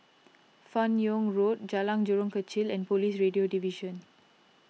Fan Yoong Road Jalan Jurong Kechil and Police Radio Division